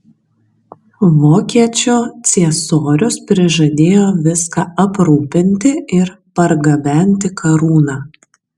vokiečių ciesorius prižadėjo viską aprūpinti ir pergabenti karūną